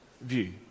view